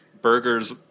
burgers